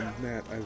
Matt